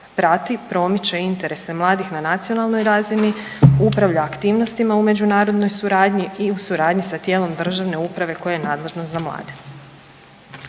Prati i promiče interese mladih na nacionalnoj razini, upravlja aktivnostima u međunarodnoj suradnji i u suradnji sa tijelom državne uprave koje je nadležno za mlade.